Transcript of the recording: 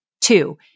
Two